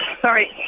Sorry